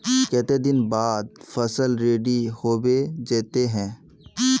केते दिन बाद फसल रेडी होबे जयते है?